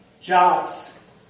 Jobs